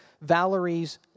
Valerie's